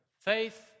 faith